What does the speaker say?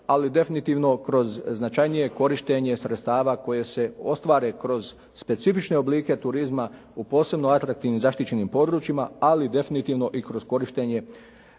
ali definitivno kroz značajnije korištenje sredstava koje se ostvare kroz specifične oblike turizma u posebno atraktivnim, zaštićenim područjima ali definitivno i kroz korištenje